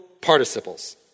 participles